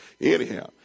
Anyhow